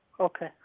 Okay